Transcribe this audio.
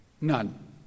None